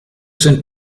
sind